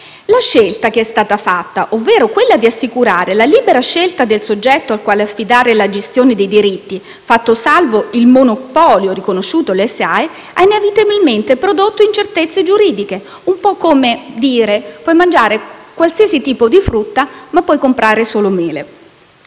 La scelta che è stata fatta, ovvero quella di assicurare la libera scelta del soggetto al quale affidare la gestione dei diritti, fatto salvo il monopolio riconosciuto alla SIAE, ha inevitabilmente prodotto incertezze giuridiche (è un po' come dire che si può mangiare qualsiasi tipi di frutta, ma poi comprare solo mele).